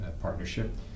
Partnership